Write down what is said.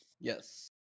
Yes